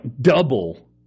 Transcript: double